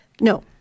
No